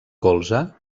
colze